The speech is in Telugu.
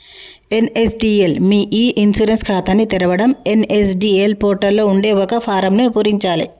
ఎన్.ఎస్.డి.ఎల్ మీ ఇ ఇన్సూరెన్స్ ఖాతాని తెరవడం ఎన్.ఎస్.డి.ఎల్ పోర్టల్ లో ఉండే ఒక ఫారమ్ను పూరించాలే